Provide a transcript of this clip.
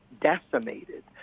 decimated